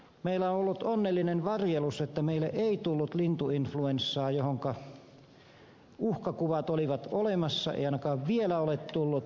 meillä on ollut onnellinen varjelus että meille ei tullut lintuinfluenssaa johonka uhkakuvat olivat olemassa ei ainakaan vielä ole tullut